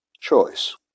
choice